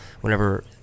Whenever